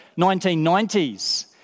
1990s